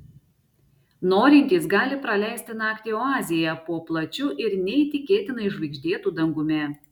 norintys gali praleisti naktį oazėje po plačiu ir neįtikėtinai žvaigždėtu dangumi